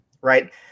right